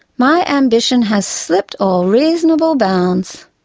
my ambition has slipped all reasonable bounds.